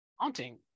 haunting